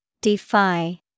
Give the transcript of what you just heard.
Defy